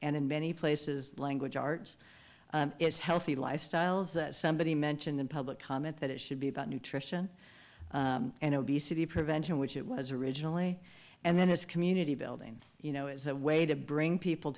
and in many places language arts is healthy lifestyles that somebody mentioned in public comment that it should be about nutrition and obesity prevention which it was originally and then is community building you know is a way to bring people